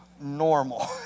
normal